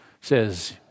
says